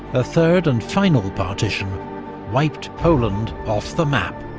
a third and final partition wiped poland off the map.